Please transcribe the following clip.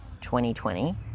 2020